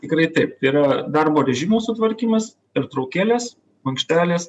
tikrai taip tai yra darbo režimo sutvarkymas pertraukėlės makštelės